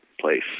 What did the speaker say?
place